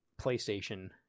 playstation